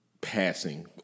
passing